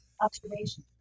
observation